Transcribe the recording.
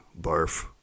barf